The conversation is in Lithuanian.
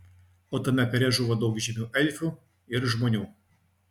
o tame kare žuvo daug žymių elfų ir žmonių